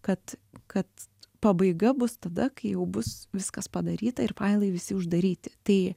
kad kad pabaiga bus tada kai jau bus viskas padaryta ir failai visi uždaryti tai